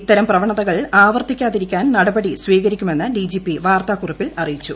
ഇത്തരം പ്രവണതകൾ ആവർത്തിക്കാതിരിക്കാൻ നടപടി സ്വീകരിക്കുമെന്ന് ഡിജിപി വാർത്താക്കുറിപ്പിൽ അറിയിച്ചു